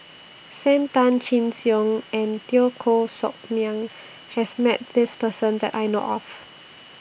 SAM Tan Chin Siong and Teo Koh Sock Miang has Met This Person that I know of